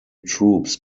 troops